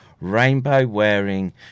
rainbow-wearing